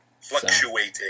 Fluctuating